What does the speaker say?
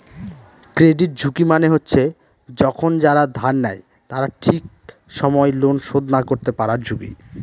credit ঝুঁকি মানে হচ্ছে যখন যারা ধার নেয় তারা ঠিক সময় লোন শোধ না করতে পারার ঝুঁকি